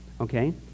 Okay